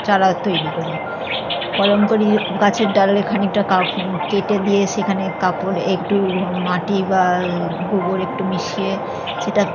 চারা তৈরি করি কলম করি গাছের ডালে খানিকটা কা কেটে দিয়ে সেখানে কাপড় একটু মাটি বা গোবর একটু মিশিয়ে সেটা